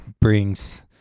brings